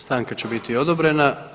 Stanka će biti odobrena.